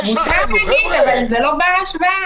מה יש לכם, נו, חבר'ה --- זה לא בר השוואה.